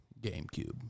GameCube